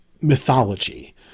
mythology